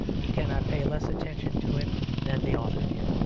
he cannot pay less attention to it than the author did.